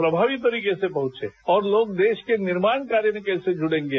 प्रभावी तरीके से पहुंचे और लोग देश के निर्माण कार्य में कैसे जुड़ेंगे